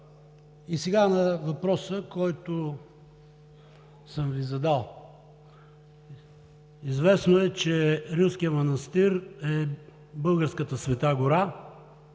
Сега на въпроса, който съм Ви задал. Известно е, че Рилският манастир е българската Света гора,